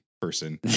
person